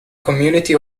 community